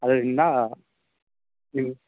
ಅದರಿಂದ ನಿಮ್ಮ